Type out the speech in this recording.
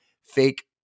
fake